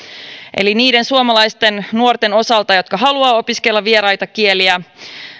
eli niiden suomalaisten nuorten osalta jotka haluavat opiskella vieraita kieliä